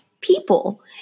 people